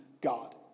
god